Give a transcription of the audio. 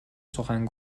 سخن